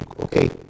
Okay